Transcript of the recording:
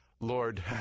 Lord